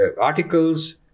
articles